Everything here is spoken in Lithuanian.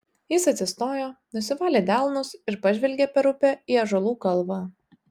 jis atsistojo nusivalė delnus ir pažvelgė per upę į ąžuolų kalvą